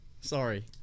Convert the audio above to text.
Sorry